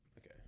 Okay